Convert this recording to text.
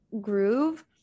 groove